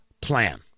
plan